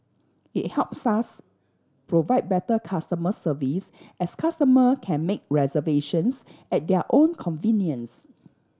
it helps us provide better customer service as customer can make reservations at their own convenience